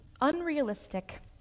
unrealistic